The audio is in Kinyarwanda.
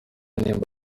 nimba